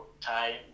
time